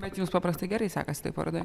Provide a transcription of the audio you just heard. bet jums paprastai gerai sekasi toj parodoj